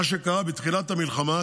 מה שקרה בתחילת המלחמה,